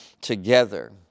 Together